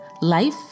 life